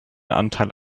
anteil